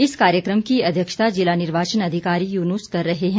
इस कार्यक्रम की अध्यक्षता जिला निर्वाचन अधिकारी यूनुस कर रहे हैं